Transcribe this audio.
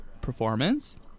performance